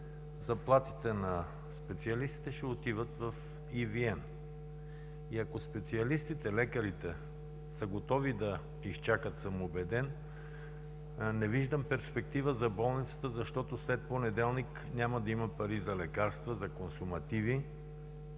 заплатите на специалистите ще отиват в EVN. И, ако специалистите, лекарите са готови да изчакат, съм убеден, не виждам перспектива за болницата, защото след понеделник няма да има пари за лекарства, за консумативи,